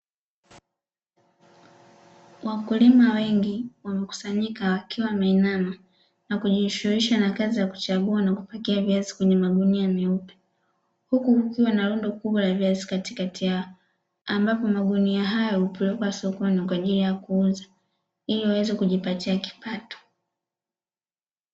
Wakulima wengi wamekusanyika wakiwa wameinama na kujishughulisha na kuchagua na kupakia viazi katika magunia meupe, huku kukiwa na rundo kubwa la viazi katikati yao, ambapo magunia hayo hupelekwa sokoni kwa ajili ya kuuzwa ili waweze kujipatia kipato.